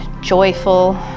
joyful